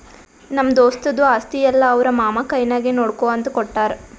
ನಮ್ಮ ದೋಸ್ತದು ಆಸ್ತಿ ಎಲ್ಲಾ ಅವ್ರ ಮಾಮಾ ಕೈನಾಗೆ ನೋಡ್ಕೋ ಅಂತ ಕೊಟ್ಟಾರ್